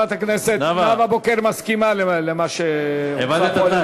חברת הכנסת נאוה בוקר מסכימה למה שהוצע פה.